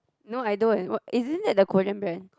no I don't in what is this like a Korean brand